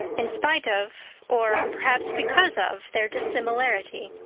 in spite of or perhaps because of their dissimilarity.